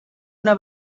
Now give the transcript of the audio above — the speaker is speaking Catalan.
una